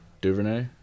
Duvernay